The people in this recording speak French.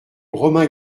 romain